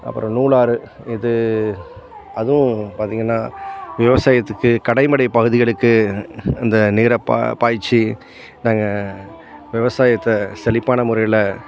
அப்புறம் நூலாறு இது அதுவும் பார்த்தீங்கன்னா விவசாயத்துக்கு கடை மடைப் பகுதிகளுக்கு இந்த நீரைப் ப பாய்ச்சு நாங்கள் விவசாயத்தை செழிப்பான முறையில்